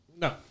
No